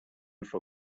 for